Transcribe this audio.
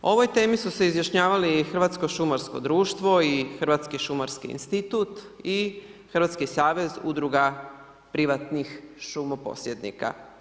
O ovoj temi su se izjašnjavali Hrvatsko šumarsko društvo i Hrvatski šumarski institut i Hrvatski savez udruga privatnih šumoposjednika.